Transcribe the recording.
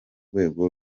rwego